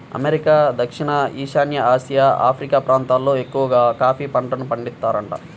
America, దక్షిణ ఈశాన్య Asia, Africa ప్రాంతాలల్లో ఎక్కవగా కాఫీ పంటను పండిత్తారంట